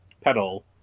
pedal